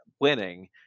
winning